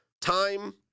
Time